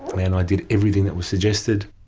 and i did everything that was suggested.